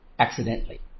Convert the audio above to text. Accidentally